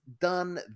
done